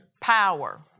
power